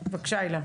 בבקשה, הילה.